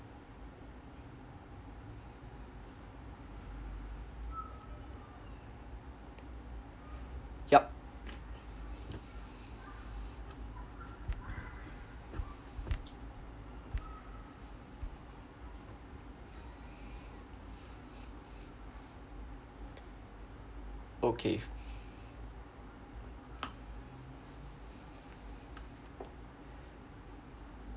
yup okay